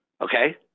Okay